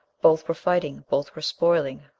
both were fighting, both were spoiling,